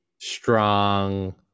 strong